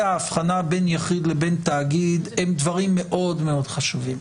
האבחנה בין יחיד לבין תאגיד הם דברים מאוד-מאוד חשובים.